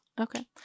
Okay